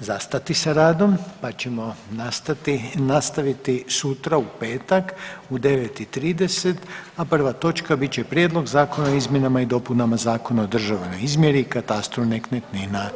zastati s radom pa ćemo nastati, nastaviti sutra u petak u 9 i 30, a prva točka bit će Prijedlog zakona o izmjenama i dopunama Zakona o državnoj izmjeri i katastru nekretnina.